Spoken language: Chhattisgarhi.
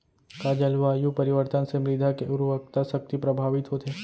का जलवायु परिवर्तन से मृदा के उर्वरकता शक्ति प्रभावित होथे?